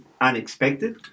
unexpected